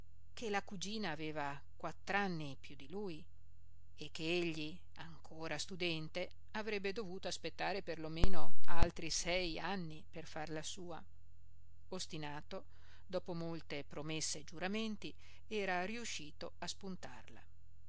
che la cugina aveva quattr'anni piú di lui e che egli ancora studente avrebbe dovuto aspettare per lo meno altri sei anni per farla sua ostinato dopo molte promesse e giuramenti era riuscito a spuntarla